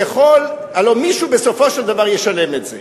הלוא מישהו בסופו של דבר ישלם את זה.